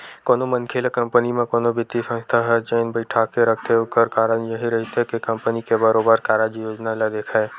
कोनो मनखे ल कंपनी म कोनो बित्तीय संस्था ह जेन बइठाके रखथे ओखर कारन यहीं रहिथे के कंपनी के बरोबर कारज योजना ल देखय